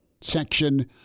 section